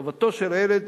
טובתו של הילד,